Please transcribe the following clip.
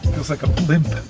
feels like a